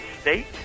State